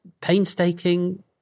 painstaking